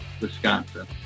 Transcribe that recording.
Wisconsin